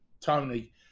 tony